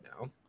now